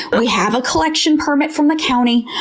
but we have a collection permit from the county.